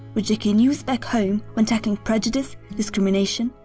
which they can use back home when tackling prejudice, discrimination,